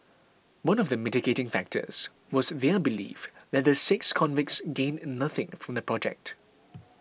one of the mitigating factors was their belief that the six convicts gained nothing from the project